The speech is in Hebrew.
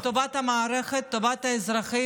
אתם רוצים את טובת המערכת, טובת האזרחים?